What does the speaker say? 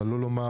מה לא לומר.